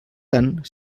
tant